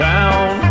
Town